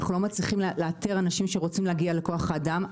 אנחנו לא מצליחים אנשים שרוצים להגיע לכוח האדם,